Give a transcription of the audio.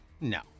No